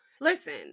Listen